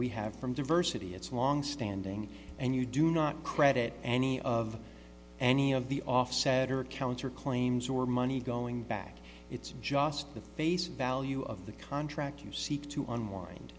we have from diversity it's longstanding and you do not credit any of any of the offset or counter claims or money going back it's just the face value of the contract you seek to unwind